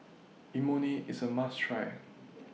Imoni IS A must Try